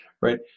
right